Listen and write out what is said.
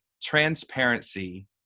transparency